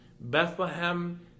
Bethlehem